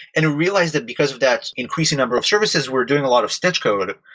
and realized that because of that increasing number of services, we're doing a lot of stitch code.